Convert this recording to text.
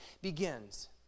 begins